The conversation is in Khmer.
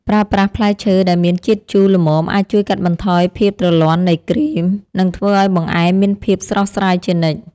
ប្រើប្រាស់ផ្លែឈើដែលមានជាតិជូរល្មមអាចជួយកាត់បន្ថយភាពទ្រលាន់នៃគ្រីម និងធ្វើឱ្យបង្អែមមានភាពស្រស់ស្រាយជានិច្ច។